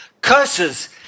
Curses